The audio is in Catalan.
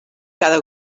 cada